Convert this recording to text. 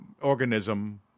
organism